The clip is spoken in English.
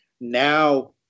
now